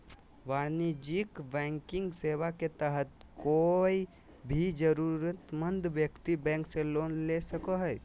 वाणिज्यिक बैंकिंग सेवा के तहत कोय भी जरूरतमंद व्यक्ति बैंक से लोन ले सको हय